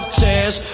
tears